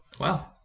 Wow